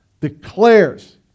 declares